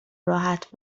راحت